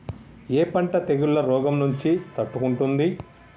ఏ పంట తెగుళ్ల రోగం నుంచి తట్టుకుంటుంది?